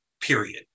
Period